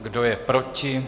Kdo je proti?